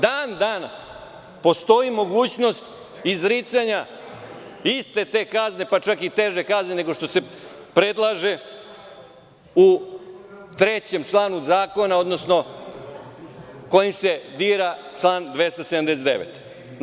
Dan danas postoji mogućnost izricanja iste te kazne, pa čak i teže kazne nego što se predlaže u trećem članu zakona, odnosno kojim se dira član 279.